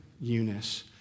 Eunice